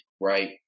right